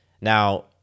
Now